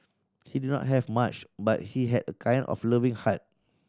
he did not have much but he had a kind and loving heart